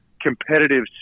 competitive